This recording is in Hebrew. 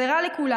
זה רע לכולם,